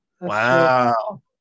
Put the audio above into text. Wow